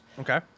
Okay